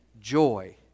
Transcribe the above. joy